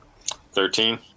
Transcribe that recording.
Thirteen